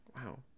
Wow